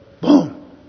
Boom